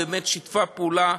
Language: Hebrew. ובאמת שיתפה פעולה.